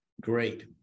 Great